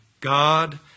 God